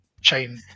chain